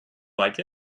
like